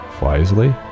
wisely